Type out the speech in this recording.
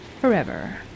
forever